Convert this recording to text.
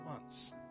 months